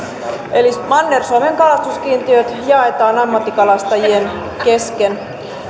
eli manner suomen kalastuskiintiöt jaetaan ammattikalastajien kesken